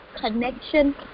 connection